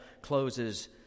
closes